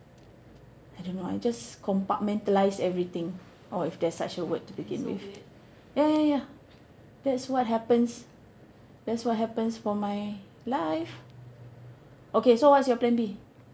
I don't know I just compartmentalise everything or if there's such a word to begin with ya ya ya that's what happens that's what happens for my life okay so what's your plan B